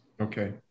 Okay